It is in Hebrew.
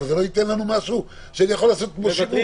אבל זה לא ייתן לנו משהו שאני יכול לעשות בו שימוש.